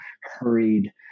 hurried